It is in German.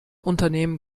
unternehmen